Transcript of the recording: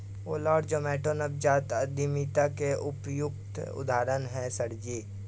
ओला और जोमैटो नवजात उद्यमिता के उपयुक्त उदाहरण है सर जी